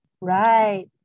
Right